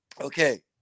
okay